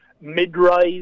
mid-rise